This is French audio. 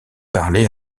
parlé